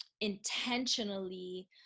intentionally